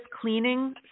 cleaning